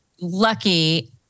lucky